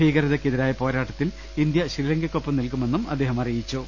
ഭീകരതക്കെതിരായ പോരാട്ടത്തിൽ ഇന്ത്യ ശ്രീലങ്കക്കൊപ്പം നിൽക്കുമെന്നും അദ്ദേഹം അറിയിച്ചു